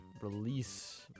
release